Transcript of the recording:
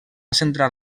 centrar